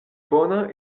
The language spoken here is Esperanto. bona